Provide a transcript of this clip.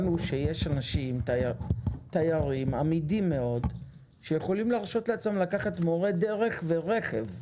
יש תיירים אמידים מאוד שיכולים להרשות לעצמם לקחת מורה דרך ורכב.